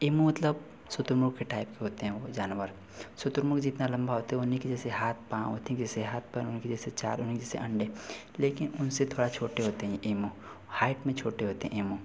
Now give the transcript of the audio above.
ammo मतलब शुतुरमुर्ग़ के टाइप के होते हैं वे जानवर शुतुरमुर्ग़ जितना लम्बा होते उन्हीं के जैसे हाथ पाँव ओथी के जैसे हाथ पैर उनके जैसे चार उन्हीं के जैसे अंडे लेकिन उनसे थोड़ा छोटे होते हैं यह एमो हाइट में छोटे होते हैं एमो